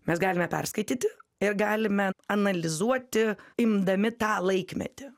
mes galime perskaityti ir galime analizuoti imdami tą laikmetį